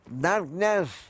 darkness